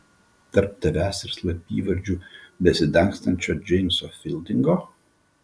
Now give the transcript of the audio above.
tarp tavęs ir slapyvardžiu besidangstančio džeimso fildingo